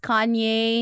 Kanye